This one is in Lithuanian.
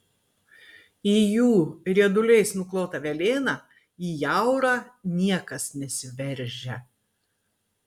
į jų rieduliais nuklotą velėną ir jaurą niekas nesiveržia